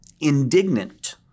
indignant